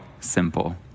simple